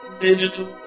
Digital